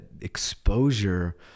exposure